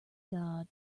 god